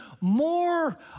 more